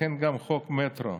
לכן גם חוק מטרו,